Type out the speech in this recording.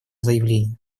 заявление